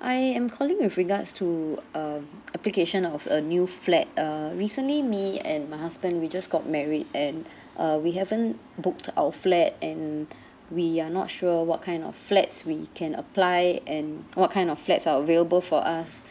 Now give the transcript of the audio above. I am calling with regards to um application of a new flat uh recently me and my husband we just got married and uh we haven't booked our flat and we are not sure what kind of flats we can apply and what kind of flats are available for us